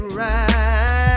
right